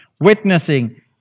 witnessing